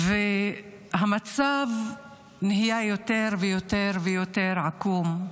והמצב נהיה יותר ויותר עגום,